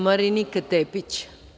Marinika Tepić.